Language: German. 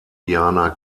diana